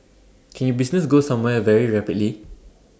can your business go somewhere very rapidly